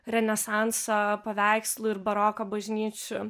renesanso paveikslų ir baroko bažnyčių